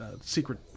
secret